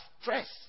stress